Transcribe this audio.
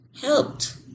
helped